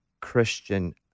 Christian